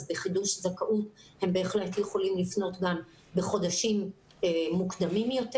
אז בחידוש זכאות הם בהחלט יכולים לפנות גם בחודשים מוקדמים יותר.